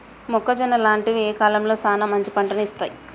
మొక్కజొన్న లాంటివి ఏ కాలంలో సానా మంచి పంటను ఇత్తయ్?